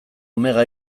omega